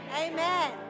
Amen